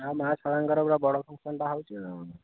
ଆଉ ମାଆ ଶାରଳାଙ୍କର ପୁରା ବଡ଼ ଫକ୍ସନ୍ଟା ହେଉଛି ଆଉ